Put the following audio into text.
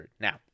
Now